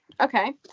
Okay